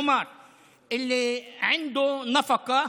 (אומר דברים בשפה הערבית,